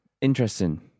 interesting